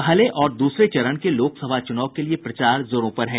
पहले और दूसरे चरण के लोकसभा चुनाव के लिए प्रचार जोरों पर है